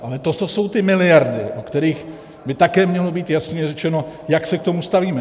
Ale to jsou ty miliardy, o kterých by také mělo být jasně řečeno, jak se k tomu stavíme.